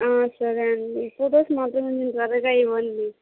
సరే అండి ఫోటోస్ మాత్రం త్వరగా ఇవ్వండి